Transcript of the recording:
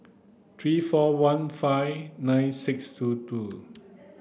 three four one five nine six two two